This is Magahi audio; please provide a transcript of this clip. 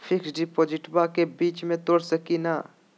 फिक्स डिपोजिटबा के बीच में तोड़ सकी ना?